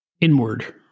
inward